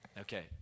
Okay